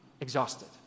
exhausted